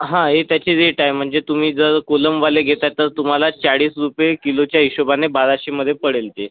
हा हे त्याचे रेट आहे म्हणजे तुम्ही जर कोलमवाले घेत आहात तर तुम्हाला चाळीस रुपये किलोच्या हिशोबाने बाराशेमधे पडेल ते